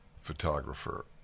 photographer